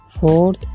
Fourth